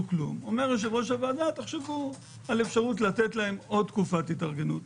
כלום ולכן כדאי שנחשוב על אפשרות לתת להם עוד תקופת התארגנות.